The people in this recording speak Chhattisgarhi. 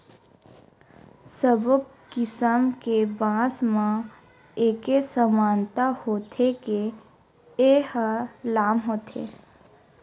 सब्बो किसम के बांस म एके समानता होथे के ए ह लाम होथे